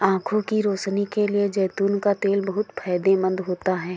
आंखों की रोशनी के लिए जैतून का तेल बहुत फायदेमंद होता है